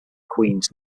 queens